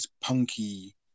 punky